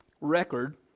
record